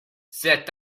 cet